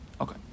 Okay